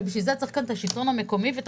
ובשביל זה צריך כאן את השלטון המקומי ואת